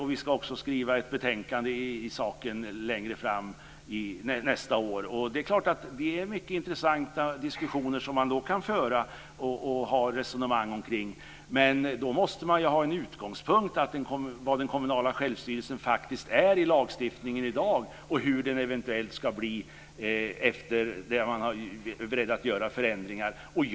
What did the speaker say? Vi ska också skriva ett betänkande nästa år. Det är mycket intressanta diskussioner man kan föra. Men då måste man ha en utgångspunkt, vad den kommunala självstyrelsen faktiskt innebär i lagstiftningen i dag och hur den eventuellt ska bli efter förändringar som man är beredd att göra.